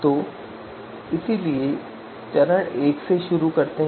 फिर आदर्श सामान्यीकरण के भीतर 2 परिदृश्य हैं